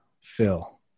Phil